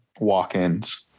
walk-ins